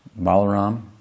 Malaram